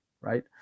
right